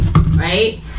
right